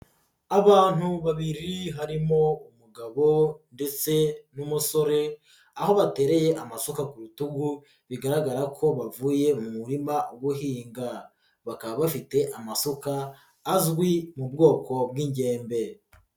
Abantu babiri harimo umugabo ndetse n'umusore aho batereye amasuka ku rutugu bigaragara ko bavuye mu murima guhinga, bakaba bafite amasuka azwi mu bwoko bw'ingembe.